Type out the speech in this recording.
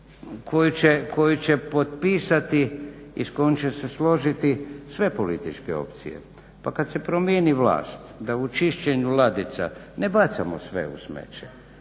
koju će potpisati i s kojom će se složiti sve političke opcije. Pa kad se promijeni vlast da u čišćenju ladica ne bacamo sve u smeće,